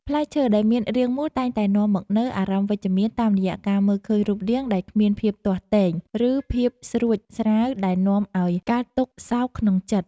ផ្លែឈើដែលមានរាងមូលតែងតែនាំមកនូវអារម្មណ៍វិជ្ជមានតាមរយៈការមើលឃើញរូបរាងដែលគ្មានភាពទាស់ទែង ឬ ភាពស្រួចស្រាវដែលនាំឱ្យកើតទុក្ខសោកក្នុងចិត្ត។